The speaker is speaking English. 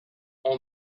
all